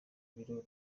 biro